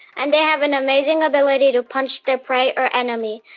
and they have an amazing ability to punch their prey or enemy.